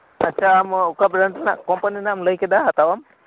ᱟᱪᱷᱟ ᱟᱢ ᱚᱠᱟ ᱵᱨᱟᱱᱰ ᱨᱮᱱᱟᱜ ᱠᱚᱢᱯᱟᱹᱱᱤ ᱨᱮᱱᱟᱜ ᱞᱟᱹᱭᱠᱮᱫᱟᱢ ᱦᱟᱛᱟᱣᱟᱢ